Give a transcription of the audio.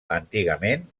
antigament